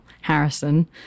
Harrison